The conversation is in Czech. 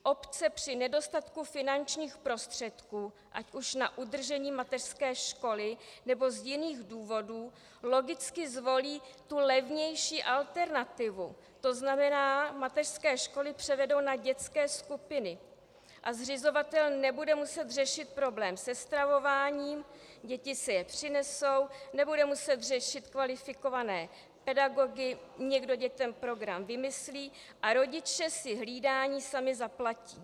Obce při nedostatku finančních prostředků ať už na udržení mateřské školy, nebo z jiných důvodů logicky zvolí tu levnější alternativu, tzn. mateřské školy převedou na dětské skupiny a zřizovatel nebude muset řešit problém se stravováním, děti si je přinesou, nebude muset řešit kvalifikované pedagogy, někdo dětem program vymyslí a rodiče si hlídání sami zaplatí.